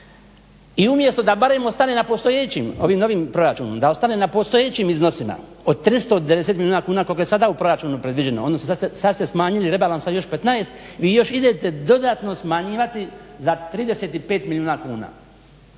I umjesto da barem ostane na postojećim ovim novim proračunom, da ostane na postojećim iznosima od 390 milijuna kuna koliko je sada u proračunu predviđeno, odnosno sad ste smanjili rebalans sa još 15 vi još idete dodatno smanjivati za 35 milijuna kuna.